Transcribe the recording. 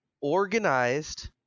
organized